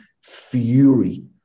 fury